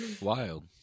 Wild